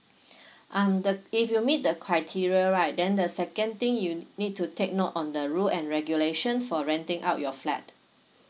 um the if you meet the criteria right then the second thing you need to take note on the rules and regulations for renting out your flat